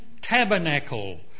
tabernacle